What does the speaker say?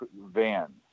van